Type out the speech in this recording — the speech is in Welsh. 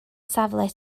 safle